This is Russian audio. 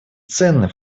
ценный